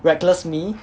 reckless me